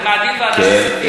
אני מעדיף ועדת כספים, כן.